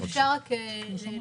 אם אפשר רק להוסיף.